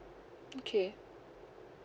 okay